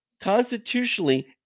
constitutionally